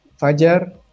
Fajar